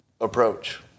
approach